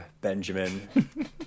Benjamin